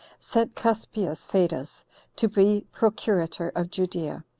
sent cuspius fadus to be procurator of judea,